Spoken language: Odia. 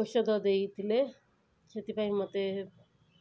ଔଷଧ ଦେଇଥିଲେ ସେଥିପାଇଁ ମୋତେ